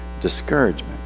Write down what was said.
discouragement